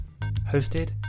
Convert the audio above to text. Hosted